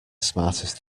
smartest